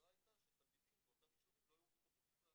התוצאה הייתה שתלמידים באותם יישובים לא היו בטוחים בכלל.